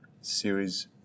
series